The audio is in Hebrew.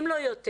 אם לא יותר,